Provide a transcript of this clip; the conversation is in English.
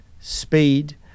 speed